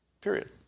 period